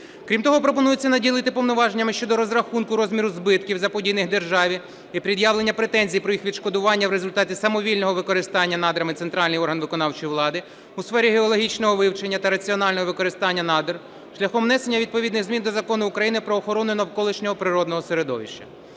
Крім того, пропонується наділити повноваженнями щодо розрахунку розміру збитків, заподіяних державі, і пред'явлення претензій про їх відшкодування в результаті самовільного використання надрами центральний орган виконавчої влади у сфері геологічного вивчення та раціонального використання надр шляхом внесення відповідних змін до Закону України "Про охорону навколишнього природного середовища".